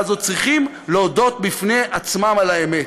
הזאת צריכים להודות בפני עצמם על האמת: